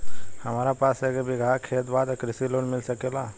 हमरा पास एक बिगहा खेत बा त कृषि लोन मिल सकेला?